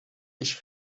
dich